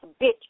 bitch